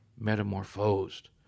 metamorphosed